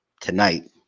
tonight